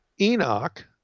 Enoch